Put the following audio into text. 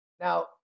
Now